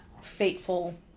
fateful